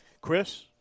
Chris